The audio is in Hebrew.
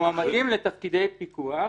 מועמדים לתפקידי פיקוח.